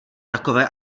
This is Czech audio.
takové